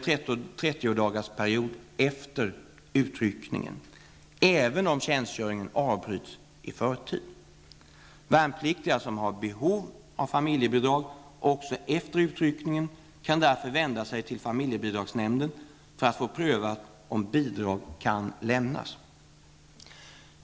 30-dagarsperiod efter utryckningen, även om tjänstgöringen avbryts i förtid. Värnpliktiga som har behov av familjebidrag också efter utryckningen kan därför vända sig till familjebidragsnämnden för att få prövat om bidraget kan lämnas.